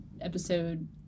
episode